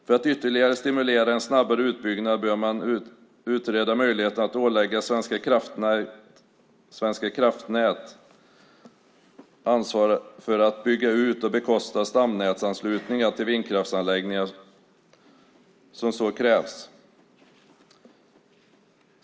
För att ytterligare stimulera en snabbare utbyggnad bör man utreda möjligheten att ålägga Svenska kraftnät ansvar för att bygga ut och bekosta stamnätsanslutningar till vindkraftsanläggningar som så kräver.